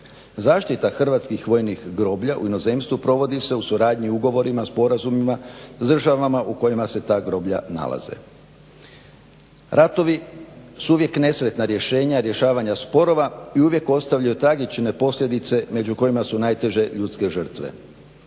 Zaštita hrvatskih vojnih groblja u inozemstvu provodi se u suradnji ugovorima, sporazumima s državama u kojima se ta groblja nalaze. Ratovi su uvijek nesretna rješenja rješavanja sporova i uvijek ostavljaju tragične posljedice među kojima su najteže ljuske žrtve.